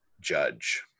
judge